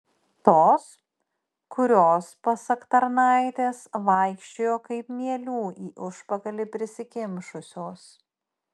tos kurios pasak tarnaitės vaikščiojo kaip mielių į užpakalį prisikimšusios